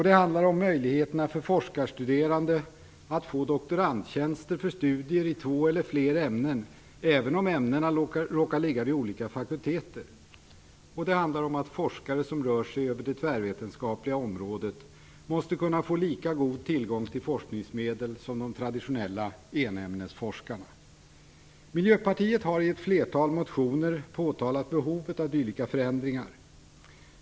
Det handlar om möjligheterna för forskarstuderande att få doktorandtjänster för studier i två eller fler ämnen, även om ämnena ligger inom olika fakulteten. Det handlar om ratt forskare som rör sig över det tvärvetenskapliga området måste kunna få lika god tillgång till forskningsmedel som de traditionella enämnesforskarna. Miljöpartiet har i ett flertal motioner påpekat behovet av dylika förändringar.